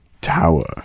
tower